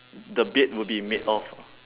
the bed would be made of